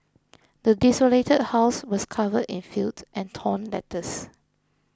the desolated house was covered in filth and torn letters